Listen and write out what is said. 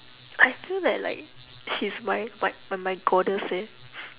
I feel that like she's my like my my goddess eh